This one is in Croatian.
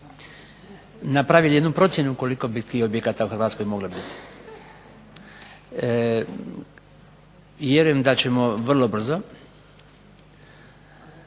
napravili jednu procjenu koliko bi tih objekata u Hrvatskoj moglo biti. Vjerujem da ćemo vrlo brzo